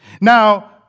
Now